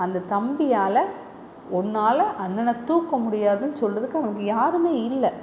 அந்த தம்பியால் உன்னால் அண்ணனை தூக்க முடியாதுன்னு சொல்லுறதுக்கு அவனுக்கு யாருமே இல்லை